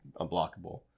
unblockable